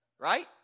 Right